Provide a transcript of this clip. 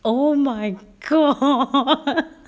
oh my god